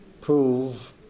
prove